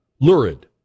lurid